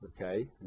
Okay